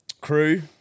crew